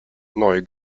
neu